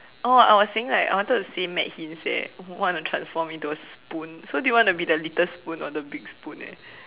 oh I was saying like I wanted to say mad hints eh want to transform into a spoon so do you want to be the little spoon or the big spoon eh